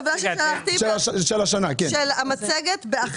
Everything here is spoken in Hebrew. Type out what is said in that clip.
של המצגת?